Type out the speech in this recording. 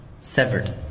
severed